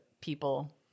people